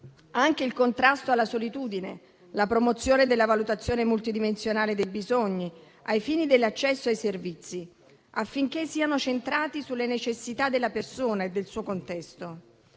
anche il contrasto alla solitudine e la promozione della valutazione multidimensionale dei bisogni, ai fini dell'accesso ai servizi, affinché siano centrati sulle necessità della persona e del suo contesto.